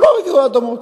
הם לא הביאו אדמות.